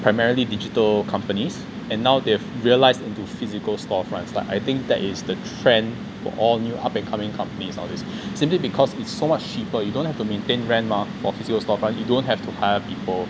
primarily digital companies and now they've realized into physical store fronts like I think that is the trend for all new up and coming companies nowadays simply because it's so much cheaper you don't have to maintain rent mah or store fronts you don't have to hire people